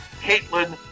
Caitlin